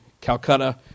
Calcutta